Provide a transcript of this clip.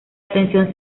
atención